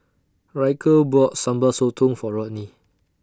Ryker bought Sambal Sotong For Rodney